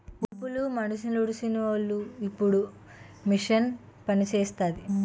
ఉడుపులు మనుసులుడీసీవోలు ఇప్పుడు మిషన్ ఆపనిసేస్తాంది